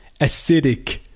acidic